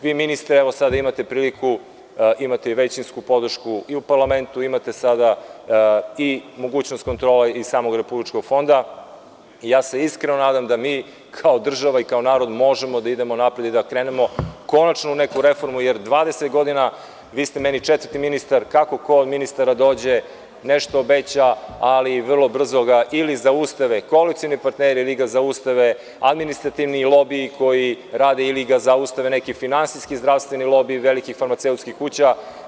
Vi ministre sada imate priliku, imate i većinsku podršku i u parlamentu, imate sada i mogućnost kontrole iz samog Republičkog fonda i ja se iskreno nadam da mi kao država i kao narod možemo da idemo napred i da krenemo konačno u neku reformu jer 20 godina, vi ste meni četvrti ministar, kako ko od ministara dođe, nešto obeća, ali vrlo brzo ga zaustave ili koalicioni partneri ili ga zaustave administrativni lobiji koji rade ili ga zaustave finansijski zdravstveni lobiji velikih farmaceutskih kuća.